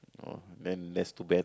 oh then that's too bad